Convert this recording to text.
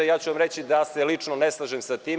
I ja ću vam reći da se lično ne slažem sa tim.